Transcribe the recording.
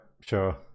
sure